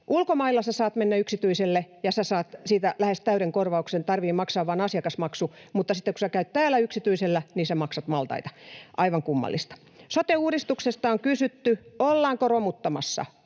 ulkomailla saat mennä yksityiselle ja saat siitä lähes täyden korvauksen, tarvitsee maksaa vain asiakasmaksu, mutta sitten kun käyt täällä yksityisellä, niin maksat maltaita — aivan kummallista. Sote-uudistuksesta on kysytty, ollaanko romuttamassa.